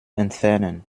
entfernen